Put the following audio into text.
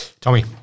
Tommy